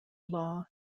law